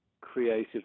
creative